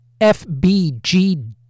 FBG